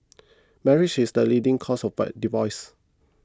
marriage is the leading cause of divorces